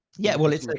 yeah, well, it's, like